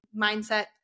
mindset